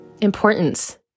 importance